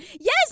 Yes